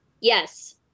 yes